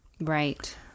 Right